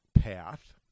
path